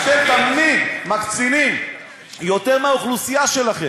אתם תמיד מקצינים, יותר מהאוכלוסייה שלכם,